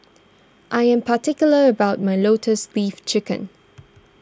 I am particular about my Lotus Leaf Chicken